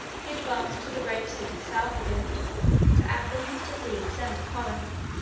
he advanced to the great cities south of it to athens, to thebes, and to corinth.